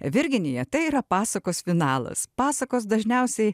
virginija tai yra pasakos finalas pasakos dažniausiai